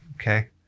Okay